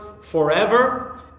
forever